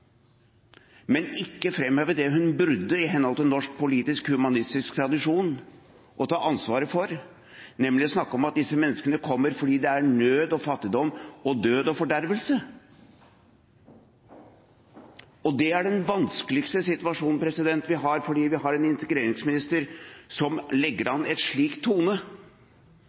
men ikke å framheve det hun burde i henhold til norsk politisk, humanistisk tradisjon ta ansvaret for, nemlig å snakke om at disse menneskene kommer fordi det er nød og fattigdom og død og fordervelse. Det er den vanskeligste situasjonen vi har, fordi vi har en integreringsminister som legger an en slik tone,